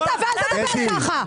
תכבד אותה ואל תדבר ככה.